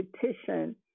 petition